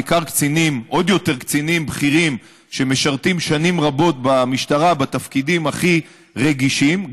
עוד יותר קצינים בכירים שמשרתים שנים רבות במשטרה בתפקידים הכי רגישים,